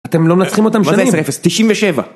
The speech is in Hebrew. אתם לא מנצחים אותם שנים! מה זה 10-0? 97!